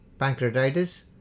pancreatitis